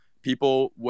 people